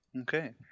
Okay